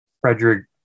Frederick